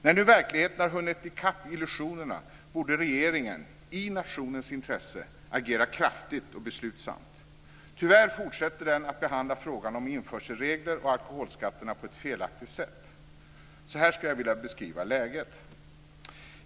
När nu verkligheten har hunnit ikapp illusionerna borde regeringen - i nationens intresse - agera kraftigt och beslutsamt. Tyvärr fortsätter den att behandla frågan om införselregler och alkoholskatterna på ett felaktigt sätt. Så här skulle jag vilja beskriva läget.